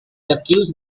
accused